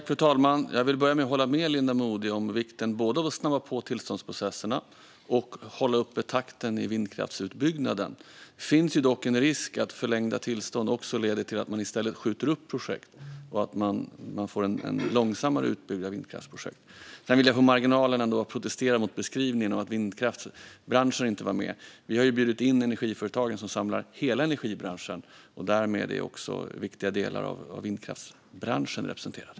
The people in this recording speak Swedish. Fru talman! Jag vill börja med att hålla med Linda Modig om vikten både av att snabba på tillståndsprocesserna och av att hålla uppe takten i vindkraftsutbyggnaden. Det finns dock en risk att förlängda tillstånd leder till att man i stället skjuter upp projekt och får en långsammare utbyggnad av vindkraftsprojekt. Sedan vill jag på marginalen ändå protestera mot beskrivningen att vindkraftsbranschen inte var med. Vi har bjudit in energiföretag som samlar hela energibranschen. Därmed är också viktiga delar av vindkraftsbranschen representerade.